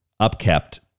upkept